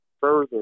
further